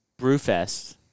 Brewfest